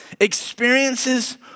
experiences